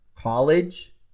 College